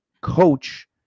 coach